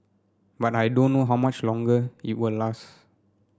but I don't know how much longer it will last